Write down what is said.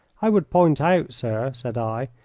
i would point out, sir, said i,